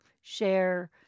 share